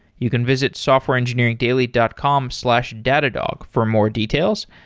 you can visit softwareengineeringdaily dot com slash datadog for more details.